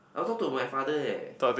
I will talk to my father eh